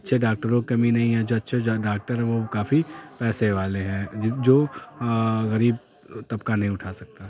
اچھے ڈاکٹروں کی کمی نہیں ہے جو اچھے ڈاکٹر ہے وہ کافی پیسے والے ہیں جو غریب طبقہ نہیں اٹھا سکتا